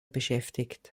beschäftigt